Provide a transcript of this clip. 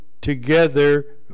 together